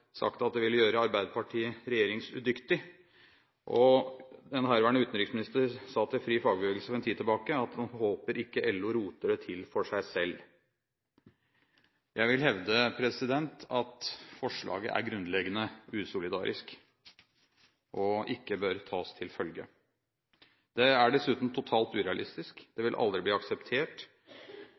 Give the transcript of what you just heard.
sagt at det ville gjøre Arbeiderpartiet regjeringsudyktig, og en herværende utenriksminister sa til Fri fagbevegelse for en tid tilbake at han håper LO ikke roter det til for seg selv. Jeg vil hevde at forslaget er grunnleggende usolidarisk og ikke bør tas til følge. Det er dessuten totalt urealistisk. Det vil aldri bli akseptert,